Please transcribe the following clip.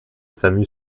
samu